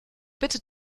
bitte